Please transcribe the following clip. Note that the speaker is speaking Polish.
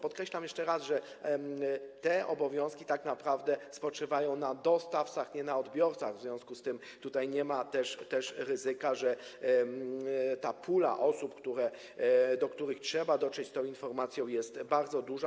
Podkreślam jeszcze raz, że te obowiązki tak naprawdę spoczywają na dostawcach, nie na odbiorcach, w związku z tym tutaj nie ma też ryzyka, że ta pula osób, do których trzeba dotrzeć z tą informacją, jest bardzo duża.